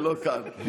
ולא כאן,